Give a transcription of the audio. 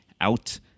out